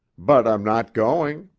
but i'm not going.